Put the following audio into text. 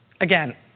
again